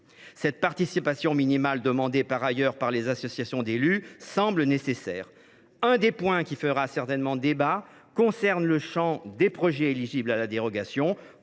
Cette participation minimale, demandée par ailleurs par les associations d’élus, semble nécessaire. Un des points qui feront certainement débat concerne le champ des projets éligibles à la dérogation.